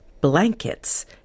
blankets